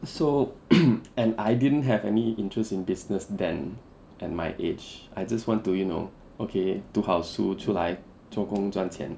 so and I didn't have any interest in business then at my age I just want to you know okay 读好书出来做工赚钱